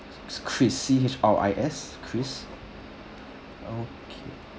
chris ya C H R I S chris okay